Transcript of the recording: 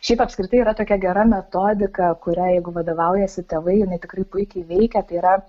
šiaip apskritai yra tokia gera metodika kuria jeigu vadovaujasi tėvai jinai tikrai puikiai veikia tai yra